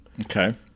Okay